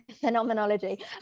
phenomenology